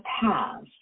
past